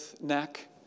neck